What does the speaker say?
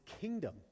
kingdom